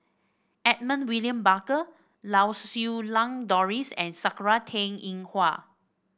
Edmund William Barker Lau Siew Lang Doris and Sakura Teng Ying Hua